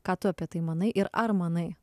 ką tu apie tai manai ir ar manai